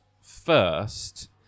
first